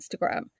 Instagram